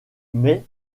mais